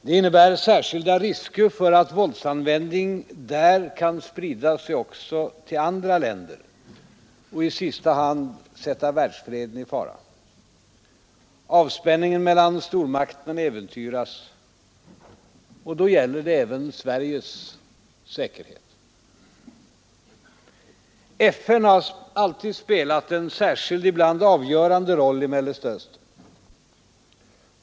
Det innebär särskilda risker för att våldsanvändningen där kan sprida sig också till andra länder och i sista hand sätta världsfreden i fara. Avspänningen mellan stormakterna äventyras, och då gäller det även Sveriges säkerhet. FN har alltid spelat en särskild och ibland avgörande roll i Mellersta Östern.